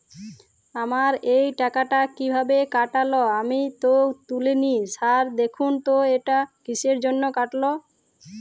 আমার এই টাকাটা কীভাবে কাটল আমি তো তুলিনি স্যার দেখুন তো এটা কিসের জন্য কাটল?